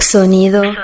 Sonido